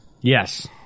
Yes